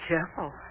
Careful